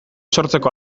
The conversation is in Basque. sortzeko